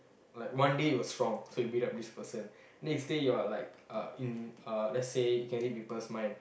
like one day it was from so you beat up this person next day you're like uh let's say can you read people's mind